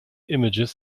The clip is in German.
images